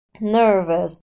Nervous